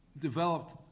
developed